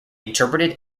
interpreted